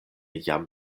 jam